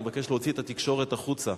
הוא מבקש להוציא את התקשורת החוצה.